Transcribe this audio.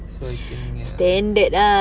standard ah